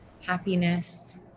happiness